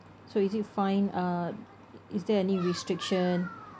so is it fine uh i~ is there any restriction